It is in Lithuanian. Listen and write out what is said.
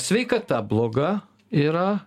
sveikata bloga yra